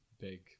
big